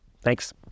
Thanks